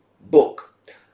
book